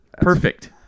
perfect